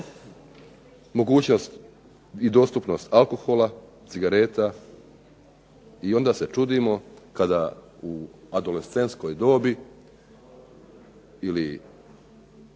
mogućnost i dostupnost alkohola, cigareta. I onda se čudimo kada u adolescentskoj dobi ili